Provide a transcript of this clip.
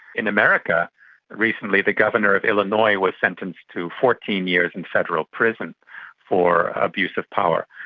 in america recently the governor of illinois was sentenced to fourteen years in federal prison for abuse of power,